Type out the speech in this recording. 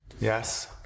Yes